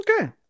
okay